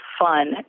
fun